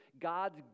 God's